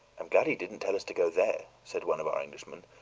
i'm glad he didn't tell us to go there, said one of our englishmen,